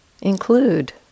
include